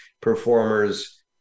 performers